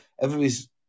everybody's